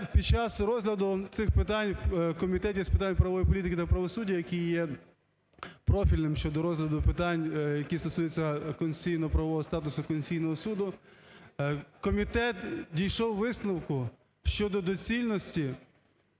під час розгляду цих питань в Комітеті з питань правової політики та правосуддя, який є профільним щодо розгляду питань, які стосуються конституційно-правового статусу Конституційного Суду, комітет дійшов висновку щодо доцільності